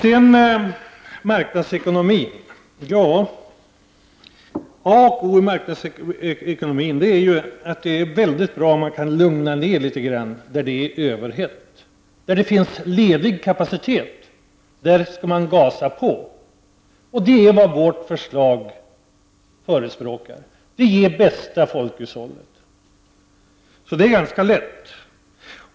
Därefter till diskussionen om marknadsekonomin. A och O i marknadsekonomin är att man skall lugna ner de regioner där det råder överhettning. Där det finns ledig kapacitet, där skall man gasa på, som man säger. Det är också vad vi förespråkar. Det är det som är bäst för folkhushållet. Det är alltså ganska lätt.